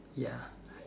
ya